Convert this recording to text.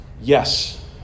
Yes